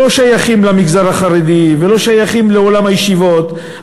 שייכים למגזר החרדי ולא שייכים לעולם הישיבות,